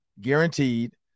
guaranteed